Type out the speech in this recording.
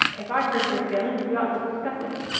if i hurt your feelings we ought to discuss it.